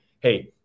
Hey